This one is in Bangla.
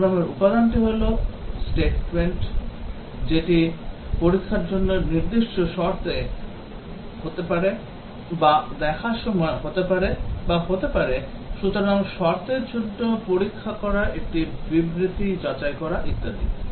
প্রোগ্রামের উপাদানটি statement হতে পারে এটি চেহারাটির জন্য নির্দিষ্ট শর্ত হতে পারে বা দেখার সময় হতে পারে বা হতে পারে সুতরাং শর্তের জন্য পরীক্ষা করা একটি বিবৃতি যাচাই করা ইত্যাদি